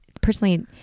personally